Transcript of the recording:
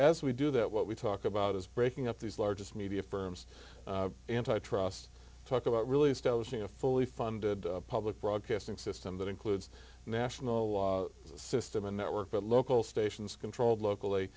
as we do that what we talk about is breaking up these largest media firms antitrust talk about really establishing a fully funded public broadcasting system that includes national system a network that local stations controlled locally